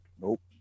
Nope